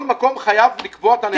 כל מקום חייב לקבוע את הנהלים שלו.